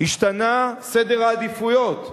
השתנה סדר העדיפויות.